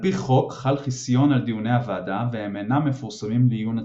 על-פי חוק חל חסיון על דיוני הוועדה והם אינם מפורסמים לעיון הציבור.